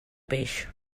peix